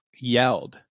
yelled